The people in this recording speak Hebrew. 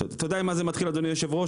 אתה יודע ממה זה מתחיל, אדוני היושב-ראש?